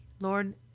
Lord